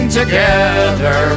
together